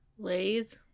Lays